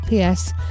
PS